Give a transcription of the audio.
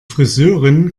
friseurin